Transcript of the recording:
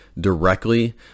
directly